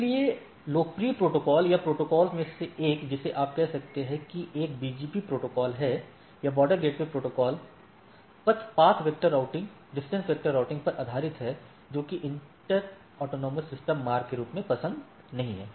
इसलिए लोकप्रिय प्रोटोकॉल या 'प्रोटोकॉल में से एक जिसे आप कह सकते हैं कि एक बीजीपी प्रोटोकॉल है या बॉर्डर गेटवे प्रोटोकॉल पथ वेक्टर राउटिंग दूरी वेक्टर प्रोटोकॉल पर आधारित है जो कि इंटर एएस मार्ग के रूप में पसंद नहीं है